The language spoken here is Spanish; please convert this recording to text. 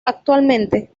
actualmente